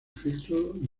filtro